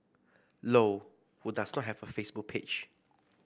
low who does not have a Facebook page